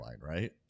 Right